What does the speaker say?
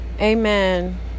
Amen